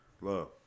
love